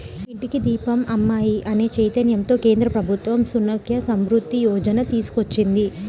ఇంటికి దీపం అమ్మాయి అనే చైతన్యంతో కేంద్ర ప్రభుత్వం సుకన్య సమృద్ధి యోజన తీసుకొచ్చింది